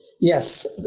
Yes